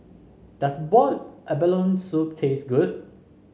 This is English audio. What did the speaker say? does Boiled Abalone Soup taste good